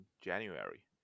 january